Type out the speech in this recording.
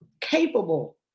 capable